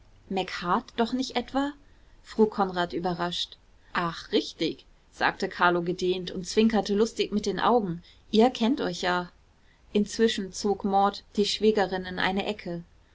doch nicht etwa frug konrad überrascht ach richtig sagte carlo gedehnt und zwinkerte lustig mit den augen ihr kennt euch ja inzwischen zog maud die schwägerin in eine ecke